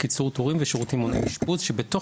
קיצור תורים ושירותים מונעי אשפוז שבתוך